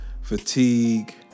fatigue